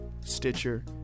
Stitcher